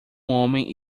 homem